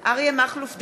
אריה מכלוף דרעי,